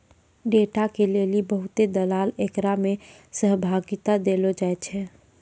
data के लेली बहुते दलाल एकरा मे सहभागिता देलो जाय छै